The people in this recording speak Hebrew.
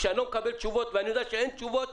כשאני לא מקבל תשובות ואני יודע שאין תשובות,